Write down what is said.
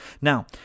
Now